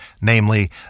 namely